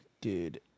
dude